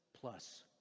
plus